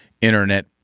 Internet